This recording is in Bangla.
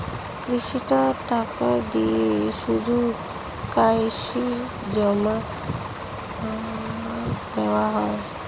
কিস্তির টাকা দিয়ে শুধু ক্যাসে জমা দেওয়া যায়?